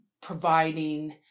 providing